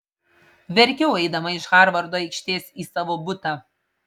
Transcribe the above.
verkiau eidama iš harvardo aikštės į savo butą